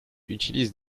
utilise